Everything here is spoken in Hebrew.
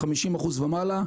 50% ומעלה,